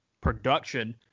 production